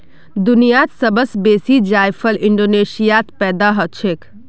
दुनियात सब स बेसी जायफल इंडोनेशियात पैदा हछेक